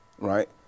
right